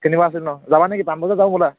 কিনিব আছিল ন যাবানে কি পাণবজাৰ যাওঁ ব'লা